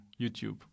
YouTube